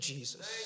Jesus